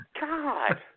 God